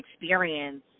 experience